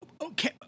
Okay